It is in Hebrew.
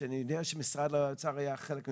אני יודע שלמשרד האוצר היה חלק מזה.